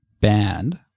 banned